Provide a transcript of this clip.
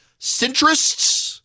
centrists